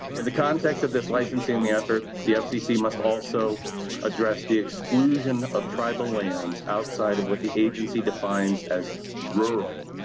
in the context of this licensing effort, the fcc must also address the exclusion of tribal lands, outside of what the agency defines as rural,